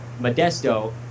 Modesto